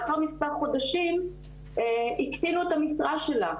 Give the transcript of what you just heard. לאחר מספר חודשים הקטינו את המשרה שלה,